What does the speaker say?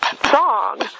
Song